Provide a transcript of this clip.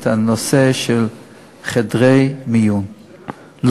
ובהחלט צריך לעשות וצריך לזעזע את הנושא של חדרי המיון,